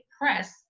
press